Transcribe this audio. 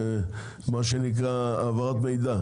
מה שנקרא העברת מידע,